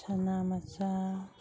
ꯁꯅꯥꯃꯆꯥ